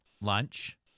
lunch